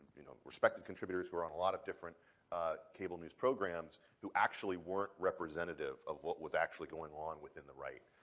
you know, respected contributors who are on a lot of different cable news programs to actually work representative of what was actually going on within the right.